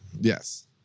Yes